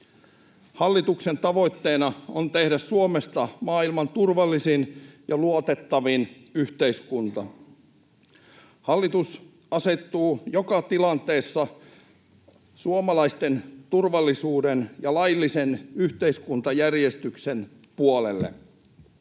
Hallituksen tavoitteena on tehdä Suomesta maailman turvallisin ja luotettavin yhteiskunta. Hallitus asettuu joka tilanteessa suomalaisten turvallisuuden ja laillisen yhteiskuntajärjestyksen puolelle.